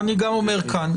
אני גם אומר כאן.